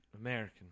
American